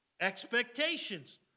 Expectations